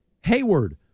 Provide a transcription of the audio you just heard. Hayward